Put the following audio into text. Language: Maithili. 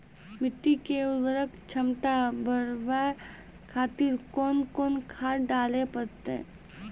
मिट्टी के उर्वरक छमता बढबय खातिर कोंन कोंन खाद डाले परतै?